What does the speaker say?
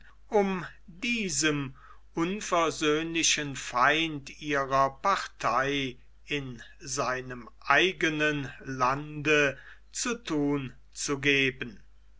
um diesem unversöhnlichen feind ihrer partei in seinem eigenen lande zu thun zu geben